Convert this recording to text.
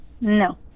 No